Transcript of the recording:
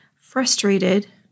frustrated